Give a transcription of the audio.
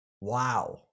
wow